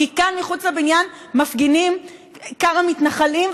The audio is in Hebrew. כי כאן מחוץ לבניין מפגינים כמה מתנחלים,